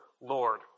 Lord